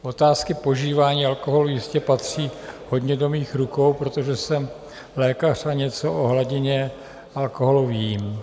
Otázky požívání alkoholu jistě patří hodně do mých rukou, protože jsem lékař a něco ohledně alkoholu vím.